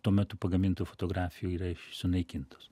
tuo metu pagamintų fotografijų yra sunaikintos